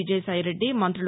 విజయసాయిరెడ్డి మంత్రులు